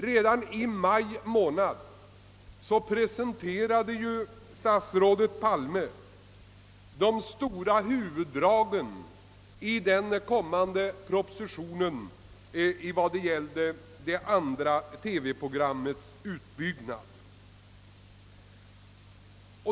Redan i maj månad presenterade ju statsrådet Palme huvuddragen i den kommande propositionen om det andra TV-programmets utbyggnad.